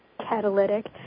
catalytic